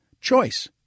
choice